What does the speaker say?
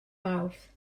mawrth